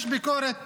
יש ביקורת